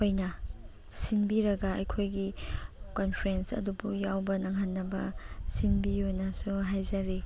ꯑꯣꯏꯅ ꯁꯤꯟꯕꯤꯔꯒ ꯑꯩꯈꯣꯏꯒꯤ ꯀꯟꯐ꯭ꯔꯦꯟꯁ ꯑꯗꯨꯕꯨ ꯌꯥꯎꯕ ꯅꯪꯍꯟꯅꯕ ꯁꯤꯟꯕꯤꯌꯣꯅꯁꯨ ꯍꯥꯏꯖꯔꯤ